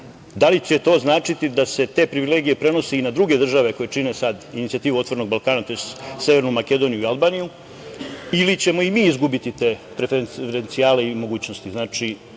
da li će to značiti da se te privilegije prenose i na druge države koje čine sada inicijativu "Otvorenog Balkana", tj. Severnu Makedoniju i Albaniju ili ćemo i mi izgubiti te referencijalne i mogućnosti? Znači,